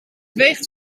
weegt